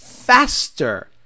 Faster